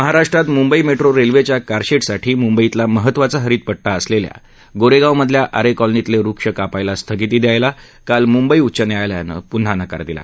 महाराष्ट्रात मुंबई मट्टी रविद्या कारशह्साठी मुंबईतला महत्त्वाचा हरितपट्टा असलख्या गोराप्रिमधल्या आरक्रिलनीतलविक्ष कापायला स्थगिती द्यायाला काल मुंबई उच्च न्यायालयानं पुन्हा नकार दिला